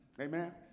Amen